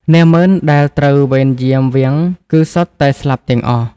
នាហ្មឺនដែលត្រូវវេនយាមវាំងគឺសុទ្ធតែស្លាប់ទាំងអស់។